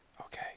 okay